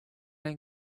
and